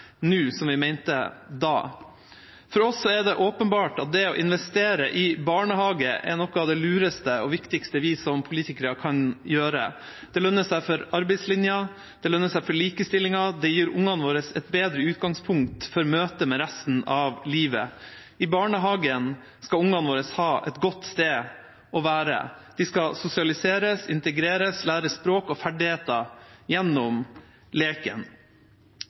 nå som vi mente da. For oss er det åpenbart at det å investere i barnehager er noe av det lureste og viktigste vi som politikere kan gjøre. Det lønner seg for arbeidslinja, det lønner seg for likestillingen, det gir barna våre et bedre utgangspunkt for møtet med resten av livet. I barnehagen skal barna våre ha et godt sted å være. De skal sosialiseres, integreres, lære språk og ferdigheter gjennom leken.